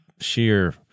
sheer